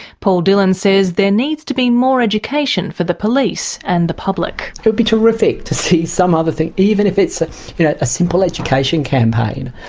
paul dillon says there needs to be more education for the police and the public. it would be terrific to see some other things, even if it's a simple education campaign,